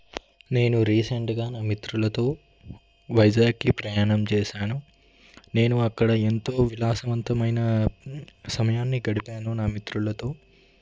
నేను రీసెంట్గా నా మిత్రులతో వైజాగ్కి ప్రయాణం చేశాను నేను అక్కడ ఎంతో విలాసవంతమైన సమయాన్ని గడిపాను నా మిత్రులతో